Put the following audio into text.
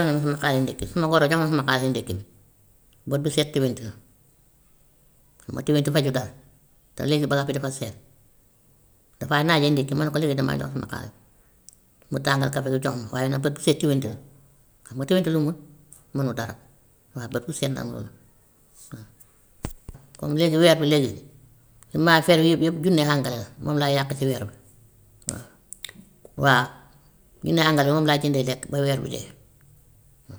Jox ma suma xaalisu ndékki, su ma ko waxee jox ma suma xaalisu ndékki bi bët bu set twenty la, xam nga twenty fajul dara, te léegi bagaas bi dafa seer, dafay naajee ndékki ma ne ko dee may jox suma xaalis, mu tàngal kafe bi jox ma, waaye nag bët bu set twenty la, xam nga twenty lu mu mun, munul dara, waa bët bu set nag loolu la waa. Comme léegi weer bi léegi mun naa frais ba junne anglais la moom laay yàq si weer bi waa. Waa junne anglais moom laay jëndee lekk ba weer bi dee.